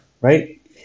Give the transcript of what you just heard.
right